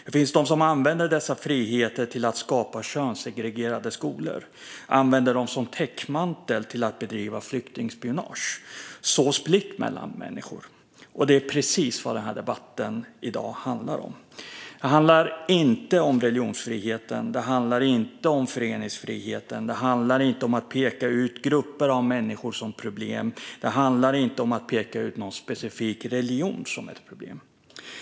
Det finns de som använder dessa friheter till att skapa könssegregerade skolor och som täckmantel för att bedriva flyktingspionage och så split mellan människor. Det är precis vad debatten i dag handlar om. Det handlar inte om religionsfriheten. Det handlar inte om föreningsfriheten. Det handlar inte om att peka ut grupper av människor som problem. Det handlar inte om att peka ut någon specifik religion som ett problem.